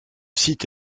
site